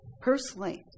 Personally